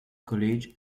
college